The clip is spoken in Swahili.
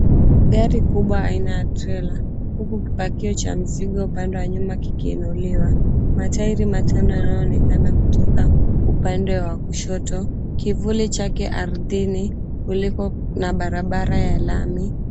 Gari kubwa aina ya trela, huku kipakiwa cha mzigo upande wa nyuma kikiinuliwa. Matairi matano yanayoonekana kutoka upande wa kushoto, kivuli chake ardhini kuliko na barabara ya lami.